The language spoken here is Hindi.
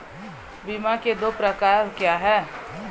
बीमा के दो प्रकार क्या हैं?